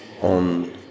On